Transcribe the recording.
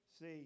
See